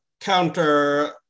counter